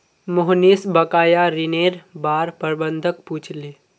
मोहनीश बकाया ऋनेर बार प्रबंधक पूछले